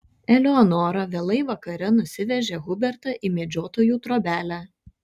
eleonora vėlai vakare nusivežė hubertą į medžiotojų trobelę